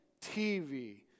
TV